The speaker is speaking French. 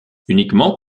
uniquement